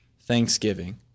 thanksgiving